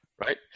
Right